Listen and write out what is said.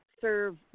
serve